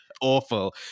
Awful